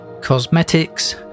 cosmetics